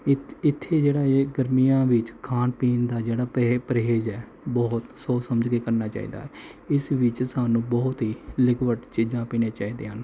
ਇੱ ਇੱਥੇ ਜਿਹੜਾ ਏ ਗਰਮੀਆਂ ਵਿੱਚ ਖਾਣ ਪੀਣ ਦਾ ਜਿਹੜਾ ਪ੍ਰਹੇਜ਼ ਹੈ ਬਹੁਤ ਸੋਚ ਸਮਝ ਕੇ ਕਰਨਾ ਚਾਹੀਦਾ ਹੈ ਇਸ ਵਿੱਚ ਸਾਨੂੰ ਬਹੁਤ ਹੀ ਲਿਕੁਅਡ ਚੀਜ਼ਾਂ ਪੀਣੀਆਂ ਚਾਹੀਦੀਆਂ ਹਨ